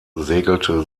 segelte